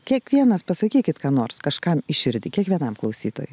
kiekvienas pasakykit ką nors kažkam į širdį kiekvienam klausytojui